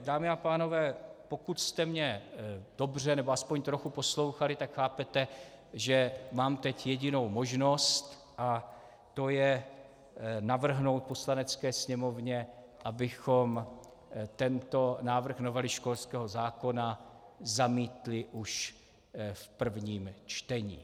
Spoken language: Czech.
Takže dámy a pánové, pokud jste mě dobře nebo aspoň trochu poslouchali, tak chápete, že mám teď jedinou možnost a to je navrhnout Poslanecké sněmovně, abychom tento návrh novely školského zákona zamítli už v prvním čtení.